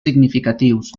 significatius